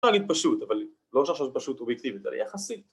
‫אפשר להגיד פשוט, אבל לא ‫שעכשיו זה פשוט אובייקטיבית, זה יחסי.